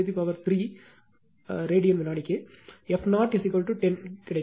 5 103 ரேடியன்வினாடிக்கு எஃப் 0 10 கிடைக்கும்